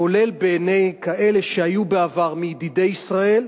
כולל בעיני כאלה שהיו בעבר מידידי ישראל,